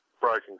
broken